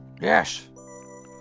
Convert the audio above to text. Yes